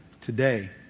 today